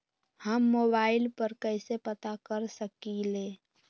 हम मोबाइल पर कईसे पता कर सकींले?